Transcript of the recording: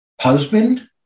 husband